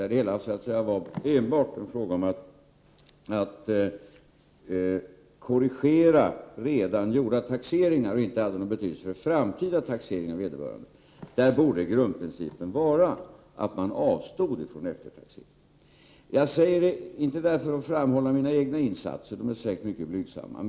Det gäller alltså fall där det enbart är fråga om att korrigera redan gjorda taxeringar, som inte har någon betydelse för framtida taxeringar av den skattskyldige. Jag kan gärna sprida detta här. Jag säger inte detta för att framhålla mina egna insatser. De är säkert mycket blygsamma.